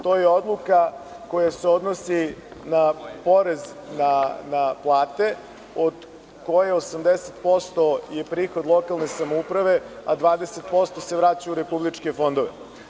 To je odluka koja se odnosi na porez na plate od koje 80% je prihod lokalne samouprave, a 20% se vraća u republičke fondove.